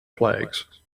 flags